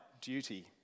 duty